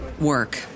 work